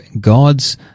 God's